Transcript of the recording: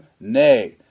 nay